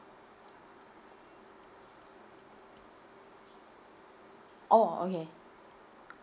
oh okay